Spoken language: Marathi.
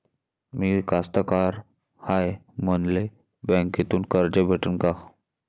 मी कास्तकार हाय, मले बँकेतून कर्ज भेटन का?